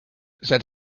that